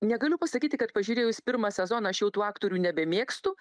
negaliu pasakyti kad pažiūrėjus pirmą sezoną aš jau tų aktorių nebemėgstu